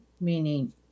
meaning